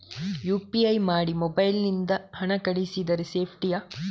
UPI ಮಾಡಿ mobile ನಿಂದ ಹಣ ಕಳಿಸಿದರೆ ಸೇಪ್ಟಿಯಾ?